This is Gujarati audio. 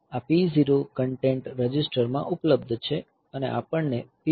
આ P0s કન્ટેન્ટ રજિસ્ટરમાં ઉપલબ્ધ છે અને આપણને P0